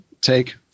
Take